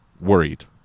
worried